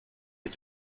est